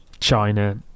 China